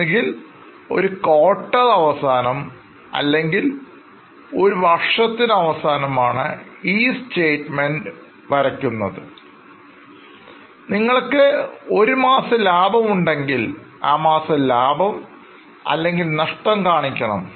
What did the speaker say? ഒന്നുകിൽ ഒരു Quarter അവസാനം അല്ലെങ്കിൽ ഒരു വർഷത്തിന് അവസാനമാണ് ഈസ്റ്റേറ്റ്മെൻറ് വയ്ക്കുന്നത് നിങ്ങൾക്ക് ഒരു മാസം ലാഭംഉണ്ടെങ്കിൽ ആ മാസം ലാഭം അല്ലെങ്കിൽ നഷ്ടം കാണിക്കണം